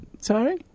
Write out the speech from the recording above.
Sorry